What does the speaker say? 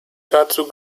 dazu